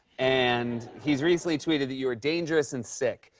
and he's recently tweeted that you are dangerous and sick.